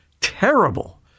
terrible